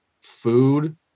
food